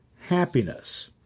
happiness